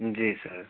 जी sir